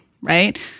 Right